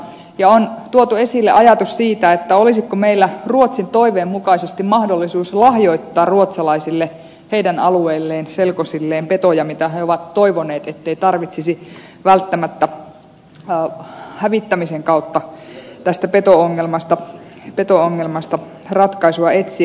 on tuotu esille ajatus siitä olisiko meillä ruotsin toiveen mukaisesti mahdollisuus lahjoittaa ruotsalaisille heidän alueilleen selkosilleen petoja mitä he ovat toivoneet ettei tarvitsisi välttämättä hävittämisen kautta tästä peto ongelmasta ratkaisua etsiä